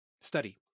study